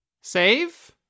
Save